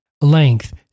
Length